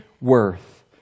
worth